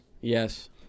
Yes